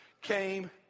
came